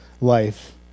life